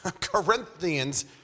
Corinthians